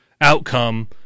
outcome